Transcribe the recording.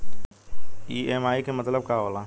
EMI के मतलब का होला?